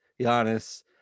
Giannis